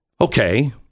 Okay